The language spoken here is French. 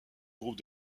groupe